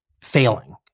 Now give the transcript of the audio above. failing